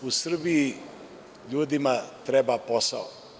U Srbiji, ljudima treba posao.